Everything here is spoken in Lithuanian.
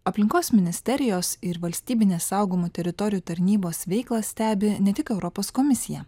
aplinkos ministerijos ir valstybinės saugomų teritorijų tarnybos veiklą stebi ne tik europos komisija